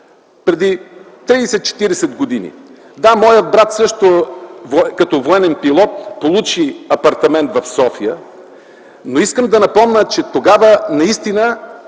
преди 30 40 години. Да, моят брат също като военен пилот получи апартамент в София, но тогава наистина